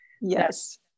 Yes